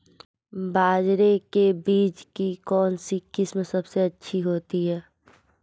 बाजरे के बीज की कौनसी किस्म सबसे अच्छी होती है?